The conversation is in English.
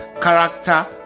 character